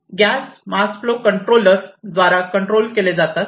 gas mass flow controller द्वारा control केले जातात